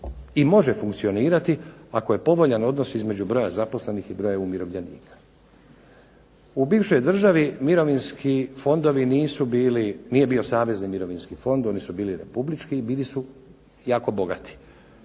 i može funkcionirati ako je povoljan odnos između broja zaposlenih i broja umirovljenika. U bivšoj državi mirovinski fond nije bio savezni mirovinske fond, oni su bili republički i bili su jako bogati.